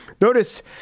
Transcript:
Notice